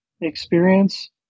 experience